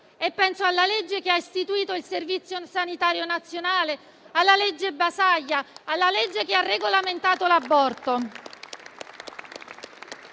penso alla legge che ha istituito il Servizio sanitario nazionale, alla legge Basaglia e alla legge che ha regolamentato l'aborto.